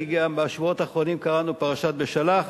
כי בשבועות האחרונים גם קראנו את פרשת בשלח,